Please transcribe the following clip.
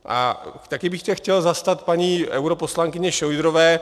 A také bych se chtěl zastat paní europoslankyně Šojdrové.